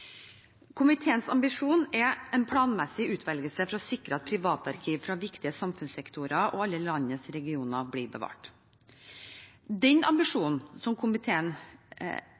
Komiteens ambisjon er en planmessig utvelgelse for å sikre at privatarkiv fra viktige samfunnssektorer og alle landets regioner blir bevart. Den ambisjonen som komiteen